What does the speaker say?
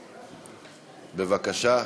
בבקשה.